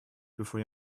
before